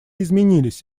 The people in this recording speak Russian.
изменились